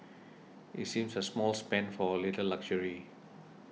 it seems a small spend for a little luxury